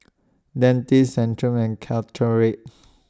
Dentiste Centrum and Caltrate